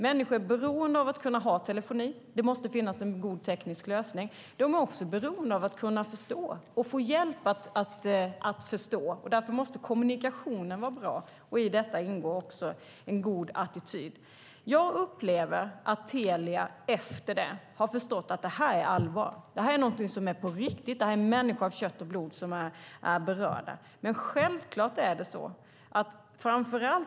Människor är beroende av att ha telefoni, och det måste finnas en god teknisk lösning. De är också beroende av att förstå och få hjälp att förstå, och därför måste kommunikationen var bra. I detta ingår också en god attityd. Jag upplever att Telia efter detta har förstått att det är allvar, att det är på riktigt och att det är människor av kött och blod som är berörda.